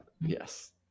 Yes